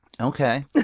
okay